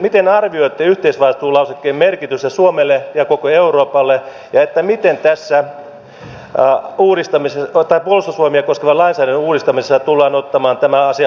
miten arvioitte yhteisvastuulausekkeen merkitystä suomelle ja koko euroopalle ja miten tässä puolustusvoimia koskevan lainsäädännön uudistamisessa tullaan ottamaan tämä asia huomioon